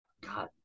God